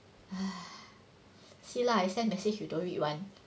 !hais! see lah I send message you don't read [one]